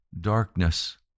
darkness